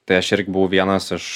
tai aš irgi buvau vienas iš